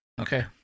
Okay